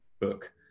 book